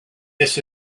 this